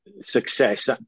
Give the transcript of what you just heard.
success